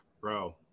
Bro